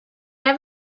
have